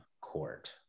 court